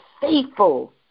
faithful